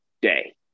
day